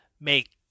Make